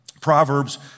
Proverbs